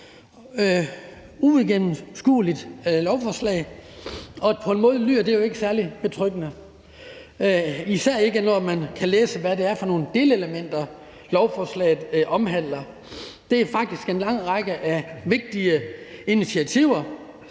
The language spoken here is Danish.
uigennemskueligt lovforslag, og på en måde lyder det jo ikke særlig betryggende, især ikke, når man kan læse, hvad det er for nogle delelementer, lovforslaget omhandler. Det er faktisk en lang række vigtige initiativer.